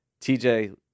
TJ